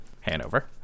Hanover